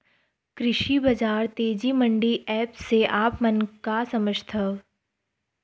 कृषि बजार तेजी मंडी एप्प से आप मन का समझथव?